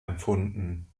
empfunden